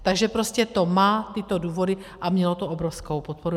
Takže to prostě má tyto důvody a mělo to obrovskou podporu.